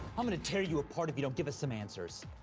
i'm gonna tear you apart if you don't give us some answers.